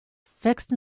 fixed